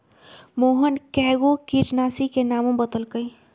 मोहन कै गो किटनाशी के नामो बतलकई